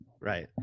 Right